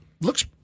Looks